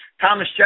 Thomas